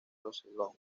rosellón